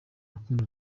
rukundo